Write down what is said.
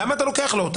למה אתה לוקח לו אותה?